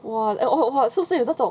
!wah! err oh !wah! 是不是有那种